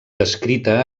descrita